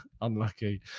Unlucky